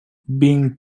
being